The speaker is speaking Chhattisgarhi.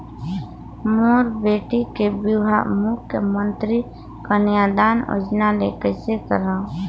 मोर बेटी के बिहाव मुख्यमंतरी कन्यादान योजना ले कइसे करव?